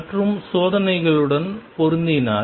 மற்றும் சோதனைகளுடன் பொருந்தினால்